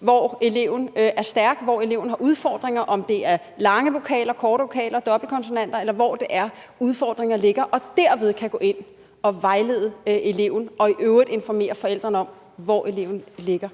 hvor eleven er stærk, hvor eleven har udfordringer – om det er lange vokaler, korte vokaler, dobbeltkonsonanter, eller hvor det er, udfordringer ligger – og derved kan gå ind og vejlede eleven og i øvrigt informere forældrene om, hvor eleven ligger?